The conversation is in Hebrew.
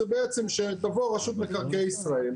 זה בעצם שתבוא רשות מקרקעי ישראל,